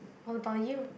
what about you